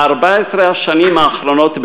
ב-14 השנים האחרונות,